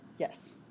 Yes